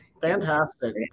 Fantastic